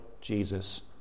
Jesus